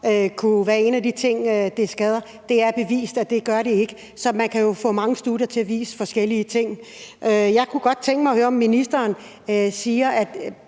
kan give, fandt jeg netop et studie, der viser, at det gør det ikke. Så man kan jo få mange studier til at vise forskellige ting. Jeg kunne godt tænke mig at høre noget. Ministeren siger, at